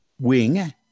Wing